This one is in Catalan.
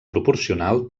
proporcional